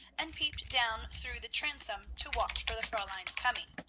and peeped down through the transom to watch for the fraulein's coming.